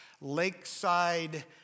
Lakeside